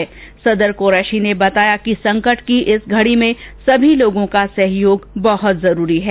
श्री कुरैशी ने बताया कि संकट की इस घड़ी में सभी लोगो का सहयोग बहुत जरूरी है